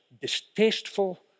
distasteful